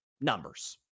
numbers